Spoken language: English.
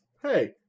hey